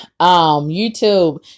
YouTube